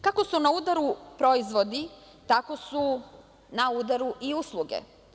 Kako su na udaru proizvodi, tako su na udaru i usluge.